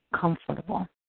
comfortable